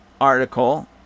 article